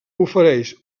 ofereix